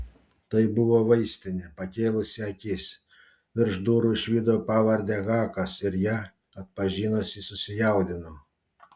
tai buvo vaistinė pakėlusi akis virš durų išvydau pavardę hakas ir ją atpažinusi susijaudinau